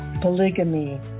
polygamy